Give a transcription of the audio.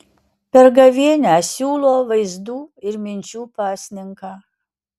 per gavėnią siūlo vaizdų ir minčių pasninką